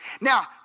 Now